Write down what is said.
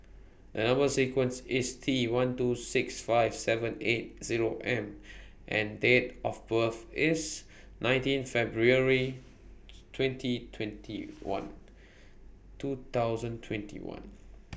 The Number sequence IS T one two six five seven eight Zero M and Date of birth IS nineteen February twenty twenty one two thousand twenty one